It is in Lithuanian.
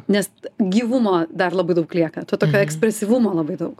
nes gyvumo dar labai daug lieka to tokio ekspresyvumo labai daug